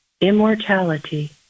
immortality